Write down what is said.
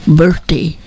birthday